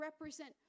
represent